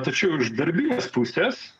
tačiau iš dalies puses